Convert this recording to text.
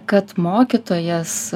kad mokytojas